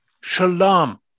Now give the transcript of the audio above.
Shalom